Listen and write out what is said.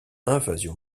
invasion